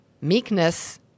Meekness